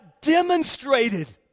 demonstrated